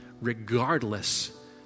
regardless